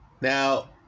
Now